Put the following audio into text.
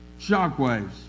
Shockwaves